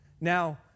Now